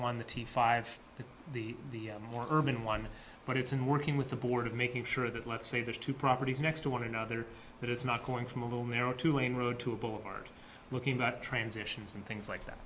five the the more urban one but it's in working with the board of making sure that let's say there's two properties next to one another but it's not going from a will narrow two lane road to a board looking at transitions and things like that